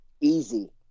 Easy